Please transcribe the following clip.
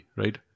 right